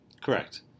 Correct